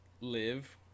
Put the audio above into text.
live